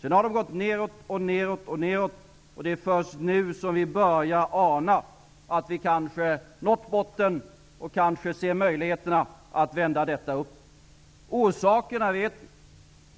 Sedan har de gått nedåt, nedåt och nedåt. Det är först nu som vi börjar ana att vi kanske har nått botten och kanske ser möjligheter att vända detta uppåt. Vi känner till orsakerna.